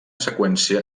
seqüència